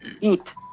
eat